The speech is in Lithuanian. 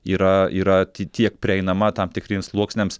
yra yra tiek prieinama tam tikriems sluoksniams